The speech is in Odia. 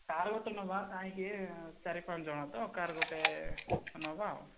କାର୍ ଗୋଟେ ନେବା କାହିଁକି ଚାରି ପାଞ୍ଚ ଜଣ ତ କାର୍ ଗୋଟେ ନେବା ଆଉ